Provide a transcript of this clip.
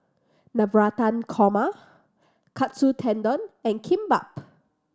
Navratan Korma Katsu Tendon and Kimbap